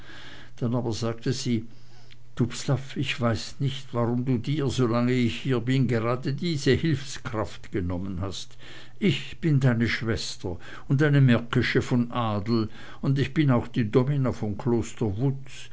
dann aber sagte sie dubslav ich weiß nicht warum du dir solang ich hier bin gerade diese hilfskraft angenommen hast ich bin deine schwester und eine märkische von adel und bin auch die domina von kloster